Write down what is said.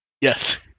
Yes